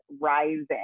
Rising